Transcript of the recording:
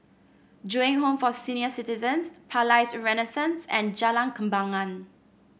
Ju Eng Home for Senior Citizens Palais Renaissance and Jalan Kembangan